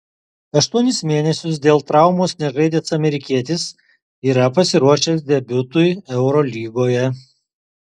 aštuonis mėnesius dėl traumos nežaidęs amerikietis yra pasiruošęs debiutui eurolygoje